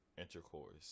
intercourse